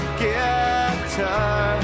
guitar